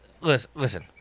Listen